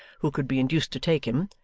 who could be induced to take him,